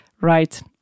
Right